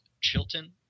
Chilton